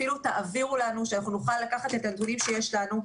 אפילו תעבירו לנו שאנחנו נוכל לקחת את הנתונים שיש לנו,